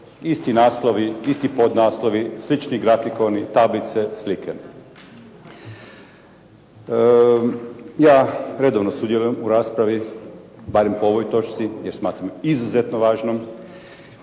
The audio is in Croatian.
Isti naslovi, isti podnaslovi, slični grafikoni, tablice, slike. Ja redovno sudjelujem u raspravi, barem po ovoj točci, jer smatram izuzetno važnom